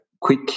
quick